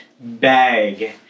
Bag